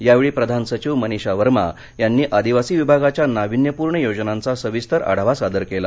यावेळी प्रधान सधिव मनिषा वर्मा यांनी आदिवासी विभागाच्या नाविन्यपूर्ण योजनांचा सविस्तर आढावा सादर केला